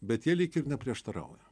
bet jie lyg ir neprieštarauja